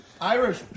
Irish